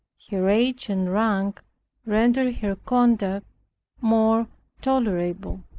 her age and rank rendered her conduct more tolerable.